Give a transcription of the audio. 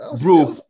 bro